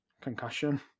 concussion